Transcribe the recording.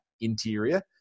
interior